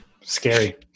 Scary